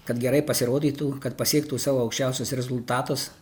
kad gerai pasirodytų kad pasiektų savo aukščiausius rezultatus